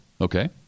okay